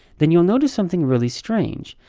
then you'll notice something really strange.